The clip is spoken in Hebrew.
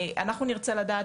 אנחנו נרצה לדעת,